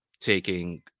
taking